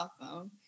awesome